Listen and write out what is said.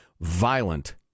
violent